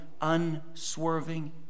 unswerving